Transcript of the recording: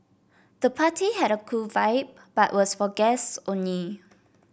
the party had a cool vibe but was for guests only